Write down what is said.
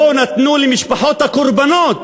לא נתנו למשפחות הקורבנות